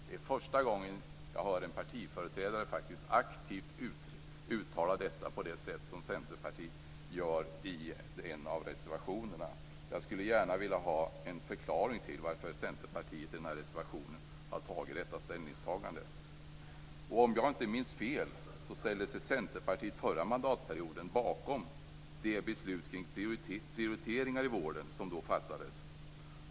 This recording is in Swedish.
Det är första gången jag hör partiföreträdare aktivt uttala detta på det sätt som centerpartiet gör i en av reservationerna. Jag skulle gärna vilja ha en förklaring till varför centerpartiet i den här reservationen har gjort detta ställningstagande. Om jag inte minns fel ställde sig centerpartiet förra mandatperioden bakom de beslut om prioriteringar i vården som då fattades.